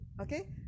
Okay